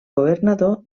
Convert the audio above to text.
governador